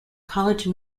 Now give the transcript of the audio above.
college